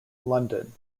london